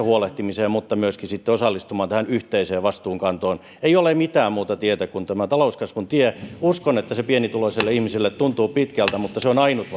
huolehtimiseen mutta myöskin sitten osallistumaan tähän yhteiseen vastuunkantoon ei ole mitään muuta tietä kuin tämä talouskasvun tie uskon että se pienituloisille ihmisille tuntuu pitkältä mutta se on ainut